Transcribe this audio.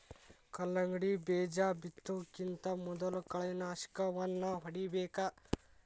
ಕಲ್ಲಂಗಡಿ ಬೇಜಾ ಬಿತ್ತುಕಿಂತ ಮೊದಲು ಕಳೆನಾಶಕವನ್ನಾ ಹೊಡಿಬೇಕ